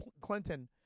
Clinton